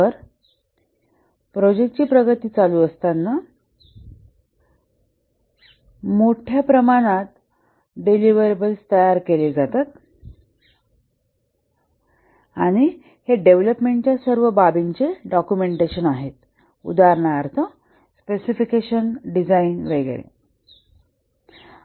तर प्रोजेक्टचे प्रगती चालू असताना मोठ्या प्रमाणात डेलिव्हरबल तयार केल्या जातात आणि हे डेव्हलपमेंटच्या सर्व बाबींचे डाक्युमेंटेशन आहेत उदाहरणार्थ स्पेसिफिकेशन डिझाइन वगैरे